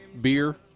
beer